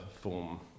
form